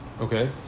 Okay